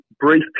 brief